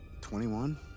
21